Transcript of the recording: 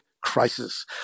crisis